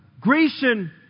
Grecian